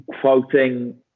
Quoting